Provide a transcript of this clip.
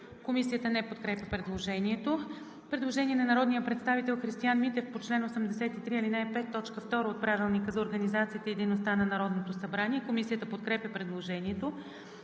Комисията подкрепя предложението. Предложение на народния представител Анна Александрова по чл. 83, ал. 5, т. 2 от Правилника за организацията и дейността на Народното събрание. Комисията подкрепя предложението.